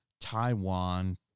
Taiwan